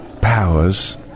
Powers